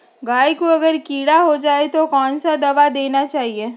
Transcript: गाय को अगर कीड़ा हो जाय तो कौन सा दवा देना चाहिए?